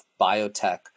biotech